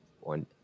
One